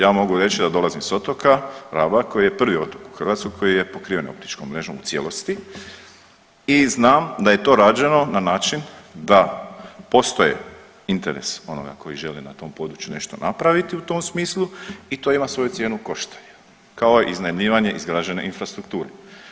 Ja mogu reći da dolazim s otoka Raba koji je prvi otok u Hrvatskoj koji je pokriven optičkom mrežom u cijelosti i znam da je to rađeno na način da postoje interes onoga koji želi na tom području nešto napraviti u tom smislu i to ima svoju cijenu koštanja, kao iznajmljivanje izgrađene infrastrukture.